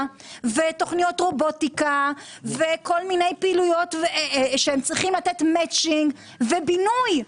ותוכניות רובוטיקה וכל מיני פעילויות שהם צריכים לתת מאצ'ינג ובינוי.